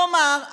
כלומר,